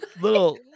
Little